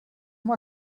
mal